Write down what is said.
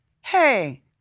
hey